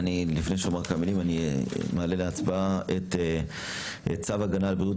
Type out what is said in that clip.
לפני שאומר כמה מלים אני מעלה להצבעה את צו הגנה על בריאות